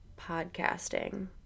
podcasting